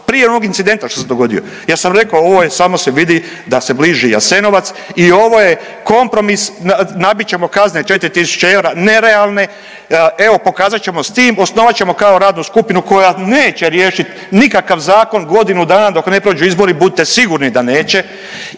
prije onog incidenta što se dogodio, ja sam rekao, ovo samo se vidi da se bliži Jasenovac i ovo je kompromis, nabit ćemo kazne 4 000 eura, nerealne, evo, pokazat ćemo s tim, osnovat ćemo kao radnu skupinu koja neće riješiti nikakav zakon godinu dana dok ne prođu izbori, budite sigurni da neće